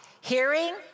Hearing